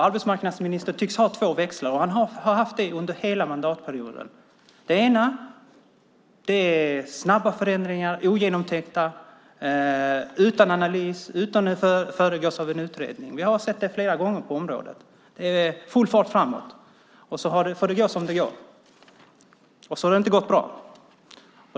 Arbetsmarknadsministern tycks ha två växlar, och det har han haft under hela mandatperioden. Den ena innebär snabba förändringar som är ogenomtänkta, utan analys och som inte föregås av en utredning. Vi har sett det flera gånger på området. Det är full fart framåt, och så får det gå som det går. Och då har det inte gått bra.